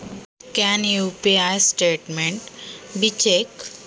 UPI चे statement तपासता येते का?